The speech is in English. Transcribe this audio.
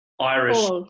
Irish